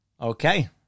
Okay